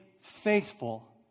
faithful